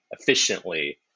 efficiently